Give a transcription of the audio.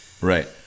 right